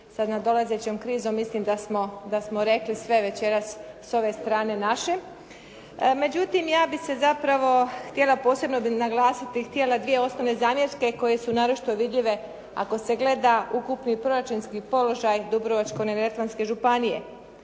sa nadolazećom krizom mislim da smo rekli sve večeras s ove strane naše. Međutim, ja bih se zapravo htjela posebno naglasiti i htjela dvije osnovne zamjerke koje su naročito vidljive ako se gleda ukupni proračunski položaj Dubrovačko-neretvanske županije.